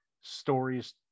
stories